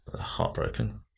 heartbroken